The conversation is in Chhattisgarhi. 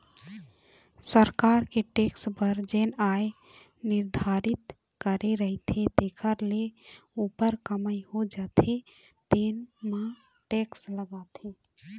सरकार के टेक्स बर जेन आय निरधारति करे रहिथे तेखर ले उप्पर कमई हो जाथे तेन म टेक्स लागथे